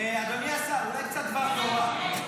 אדוני השר, אולי קצת דבר תורה?